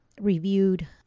reviewed